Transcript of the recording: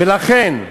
לכן,